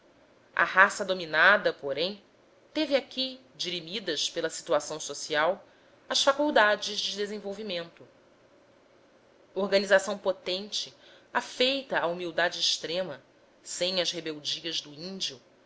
a raça dominada porém teve aqui dirimidas pela situação social as faculdades de desenvolvimento organização potente afeita à humildade extrema sem as rebeldias do índio